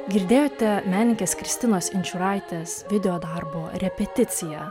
girdėjote menininkės kristinos inčiūraitės videodarbo repeticiją